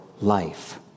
life